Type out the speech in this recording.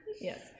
Yes